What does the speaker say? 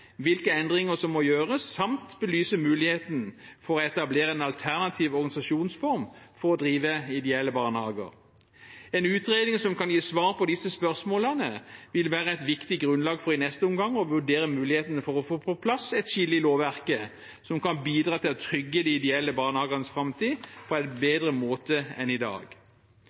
hvilke endringer som må gjøres, samt belyse muligheten for å etablere en alternativ organisasjonsform for å drive ideelle barnehager. En utredning som kan gi svar på disse spørsmålene, vil være et viktig grunnlag for i neste omgang å vurdere mulighetene for å få på plass et skille i lovverket som kan bidra til å trygge de ideelle barnehagenes framtid på en bedre måte enn i dag.